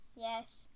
Yes